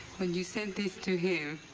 when you sent this to him,